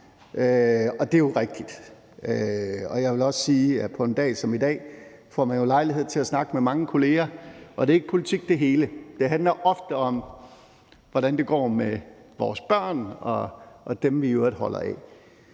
og det er jo rigtigt. Jeg vil også sige, at man jo på en dag som i dag får lejlighed til at snakke med mange kolleger, og at det hele ikke er politik, for det handler ofte om, hvordan det går med vores børn og dem, vi i øvrigt holder af,